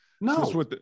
No